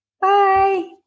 Bye